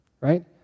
Right